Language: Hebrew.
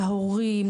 להורים,